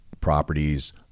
properties